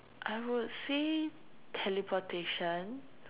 I would say teleportation